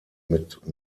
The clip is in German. mit